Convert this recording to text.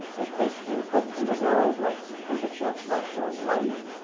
it takes inputs from the world, like temperature, pressure, light,